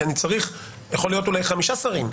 כי יכול להיות אולי חמישה שרים.